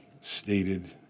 stated